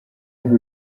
hano